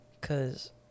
cause